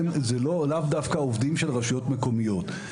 אלה לאו דווקא עובדים של רשויות מקומיות.